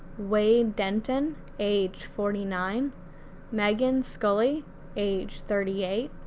wade denton age forty nine meghan scully age thirty eight,